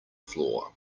floor